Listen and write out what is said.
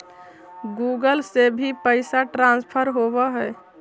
Google से भी पैसा ट्रांसफर होवहै?